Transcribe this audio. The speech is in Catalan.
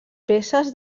peces